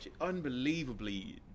Unbelievably